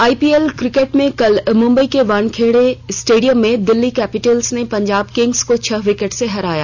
IPL cricket में कल मंबई के वानखेडे स्टेडियम में दिल्ली कैपिटल्स ने पंजाब किंग्स को छह विकेट से हरा दिया